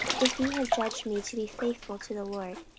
if ye have judged me to be faithful to the lord,